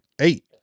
eight